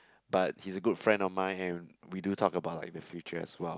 but he's a good friend of mine and we do talk about like the future as well